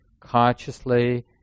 Consciously